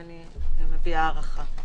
ואני מביעה הערכה.